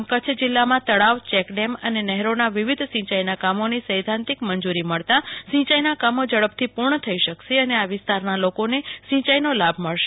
આમ કચ્છ જિલ્લામાં તળાવ ચેકડેમ અને નહેરોના વિવિધ સિંયાઇના કામોની સૈધ્ધાંતિક મંજુરી મળતા સિંચાઇના કામો ઝડપથી પૂર્ણ થઇ શકશે અને આ વિસ્તારના લોકોને સિંચાઇનો લાભ મળશે